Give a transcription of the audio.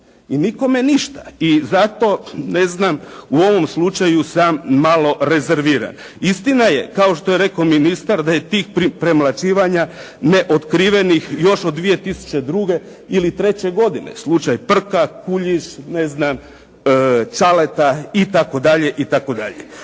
i nikome ništa. I zato ne znam u ovom slučaju sam malo rezerviran. Istina je kao što je rekao ministar da je tih premlaćivanja neotkrivenih još od 2002. ili treće godine. slučaj Prka, Kuljiš, ne znam Čaleta itd. Ja